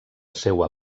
seua